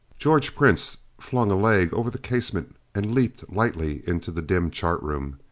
george prince flung a leg over the casement and leaped lightly into the dim chart room.